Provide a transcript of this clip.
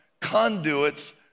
conduits